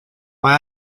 mae